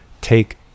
take